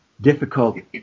difficult